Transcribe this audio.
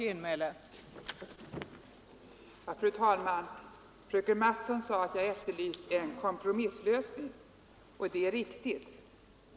Fru talman! Fröken Mattson sade att jag efterlyst en kompromisslösning, och det är riktigt.